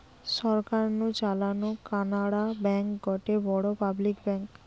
সরকার নু চালানো কানাড়া ব্যাঙ্ক গটে বড় পাবলিক ব্যাঙ্ক